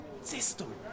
system